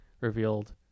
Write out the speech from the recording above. revealed